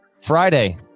Friday